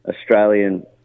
Australian